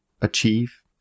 achieve